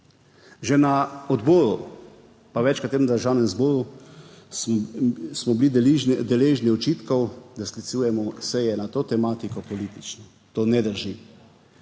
Že na odboru pa večkrat v tem Državnem zboru, smo bili deležni očitkov, da sklicujemo seje na to tematiko politično. To ne drži.